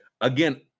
again